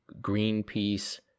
Greenpeace